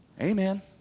Amen